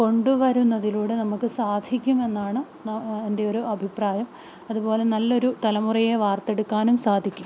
കൊണ്ടുവരുന്നതിലൂടെ നമുക്ക് സാധിക്കുമെന്നാണ് നാ എൻ്റെ ഒരു അഭിപ്രായം അതുപോലെ നല്ലൊരു തലമുറയെ വാർത്തെടുക്കാനും സാധിക്കും